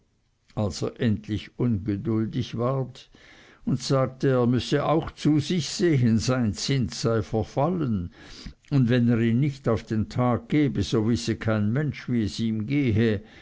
er endlich ungeduldig ward und sagte er müsse auch zu sich sehen sein zins sei verfallen und wenn er ihn nicht auf den tag gebe so wisse kein mensch wie es ihm gehe